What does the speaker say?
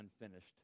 unfinished